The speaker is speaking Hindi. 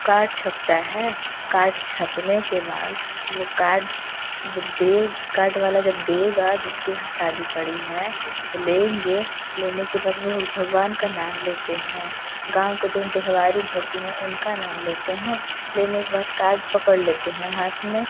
कार्ड छपता है कार्ड छपने के बाद वो कार्ड जब दें कार्ड वाला जब देगा जिसके यहाँ शादी पड़ी है तो लेंगे लेने के बाद बहुत भगवान का नाम लेते हैं गाँव के जो देहबारिन होती हैं उनका नाम लेते हैं लेने के बाद कार्ड पकड़ लेते हैं हाथ में